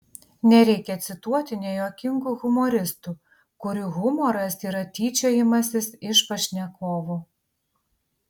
nereikia cituoti nejuokingų humoristų kurių humoras yra tyčiojimasis iš pašnekovų